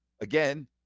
again